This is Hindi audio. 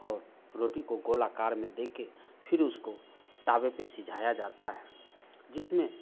और रोटी को गोलाकार में देकर फिर उसको तवे पर सिझाया जाता है जिसमें